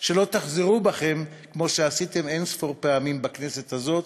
שלא תחזרו בכם כמו שעשיתם אין-ספור פעמים בכנסת הזאת,